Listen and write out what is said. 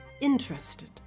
interested